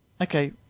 Okay